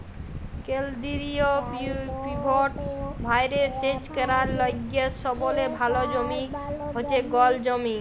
কেলদিরিয় পিভট ভাঁয়রে সেচ ক্যরার লাইগে সবলে ভাল জমি হছে গল জমি